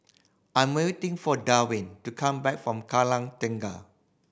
I'm waiting for Darwin to come back from Kallang Tengah